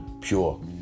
pure